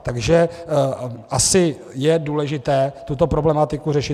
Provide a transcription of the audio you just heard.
Takže asi je důležité tuto problematiku řešit.